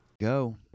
Go